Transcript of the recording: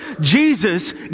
Jesus